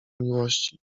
miłości